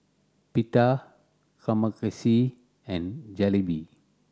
Pita Kamameshi and Jalebi